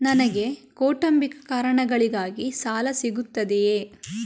ನನಗೆ ಕೌಟುಂಬಿಕ ಕಾರಣಗಳಿಗಾಗಿ ಸಾಲ ಸಿಗುತ್ತದೆಯೇ?